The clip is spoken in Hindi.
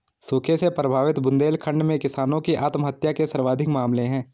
सूखे से प्रभावित बुंदेलखंड में किसानों की आत्महत्या के सर्वाधिक मामले है